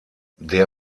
der